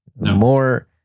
More